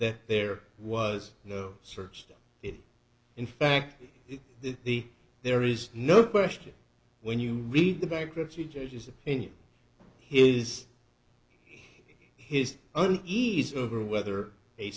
that there was searched it in fact the there is no question when you read the bankruptcy judges opinion his his only easily over whether a